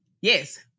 yes